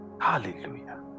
Hallelujah